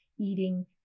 eating